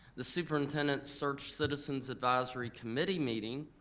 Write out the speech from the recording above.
the superintendent search citizens advisory committee meeting,